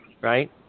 right